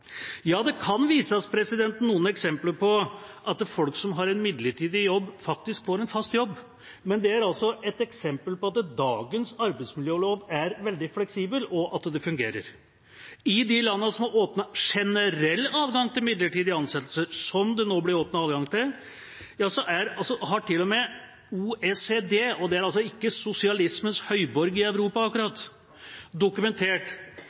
Ja, det kan vises til noen eksempler på at folk som har en midlertidig jobb, faktisk får en fast jobb, men det er et eksempel på at dagens arbeidsmiljølov er veldig fleksibel, og at det fungerer. I de landene som har åpnet for generell adgang til midlertidige ansettelser, som det nå blir åpnet adgang til, har til og med OECD – det er ikke akkurat sosialismens høyborg i Europa – dokumentert